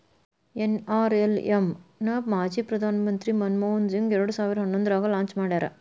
NRLM ನ ಮಾಜಿ ಪ್ರಧಾನ್ ಮಂತ್ರಿ ಮನಮೋಹನ್ ಸಿಂಗ್ ಎರಡ್ ಸಾವಿರ ಹನ್ನೊಂದ್ರಾಗ ಲಾಂಚ್ ಮಾಡ್ಯಾರ